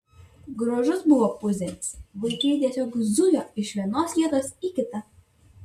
gražus buvo pusdienis vaikai tiesiog zujo iš vienos vietos į kitą